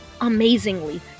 amazingly